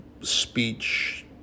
speech